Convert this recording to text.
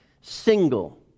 Single